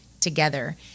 together